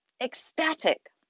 ecstatic